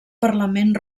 parlament